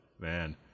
man